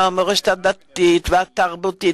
מהמורשת הדתית והתרבותית,